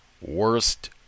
worst